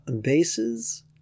Bases